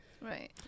Right